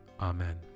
Amen